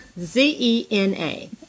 Z-E-N-A